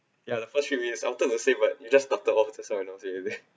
ya the first few minutes after the save right you just started off is it